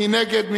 מי נגד?